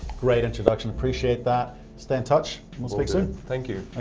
great introduction. appreciate that. stay in touch. we'll speak soon. thank you.